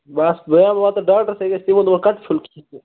بَس بہٕ آیاس اوٗترٕ ڈاکٹرس أکِس تٔمۍ دوٚپ کٹھٕ پیوٚل کھیےٚ زِ